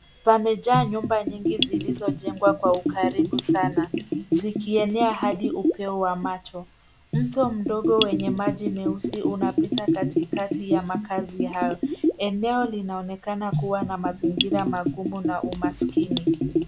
Pamejaa nyumba nyingi zilizojengwa kwa ukaribu sana zikienea hadi upeo wa macho. Mto mdogo wenye maji meusi unapita katikati ya makaazi hayo. Eneo linaonekana kuwa na mazingira magumu na umaskini.